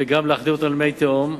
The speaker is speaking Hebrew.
וגם להחדיר אותם למי תהום.